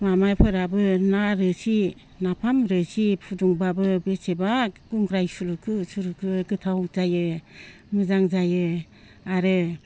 माबाफोराबो ना रोसि नाफाम रोसि फुदुंबाबो बेसेबा गुंग्राय सुरुगु सुरुगु गोथाव जायो मोजां जायो आरो